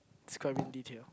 describe in detail